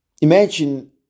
imagine